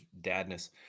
dadness